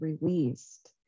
released